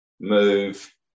move